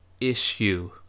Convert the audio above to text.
issue